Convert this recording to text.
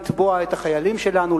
לתבוע את החיילים שלנו,